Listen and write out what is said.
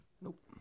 Nope